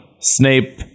Snape